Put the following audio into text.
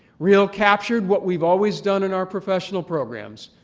real captured what we've always done in our professional programs.